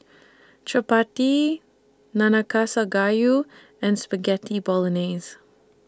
Chapati Nanakusa Gayu and Spaghetti Bolognese